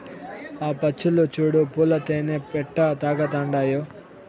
ఆ పచ్చులు చూడు పూల తేనె ఎట్టా తాగతండాయో